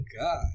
God